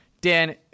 dan